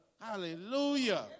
Hallelujah